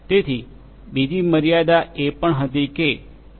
તેથી બીજી મર્યાદા એ પણ હતી કે એમ